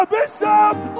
Bishop